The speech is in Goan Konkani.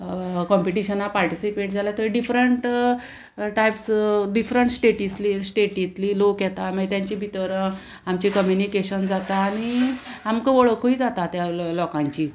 कॉम्पिटिशनांक पार्टिसिपेट जाल्यार थंय डिफरंट टायप्स डिफरंट स्टेटीसली स्टेटींतली लोक येता मागीर तेंचे भितर आमचे कम्युनिकेशन जाता आनी आमकां वळखूय जाता त्या लोकांची